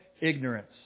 ignorance